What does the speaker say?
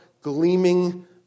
gleaming